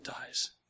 dies